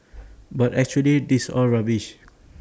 but actually that's all rubbish